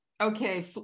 Okay